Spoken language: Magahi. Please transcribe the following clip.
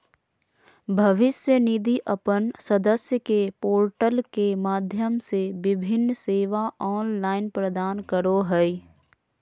भविष्य निधि अपन सदस्य के पोर्टल के माध्यम से विभिन्न सेवा ऑनलाइन प्रदान करो हइ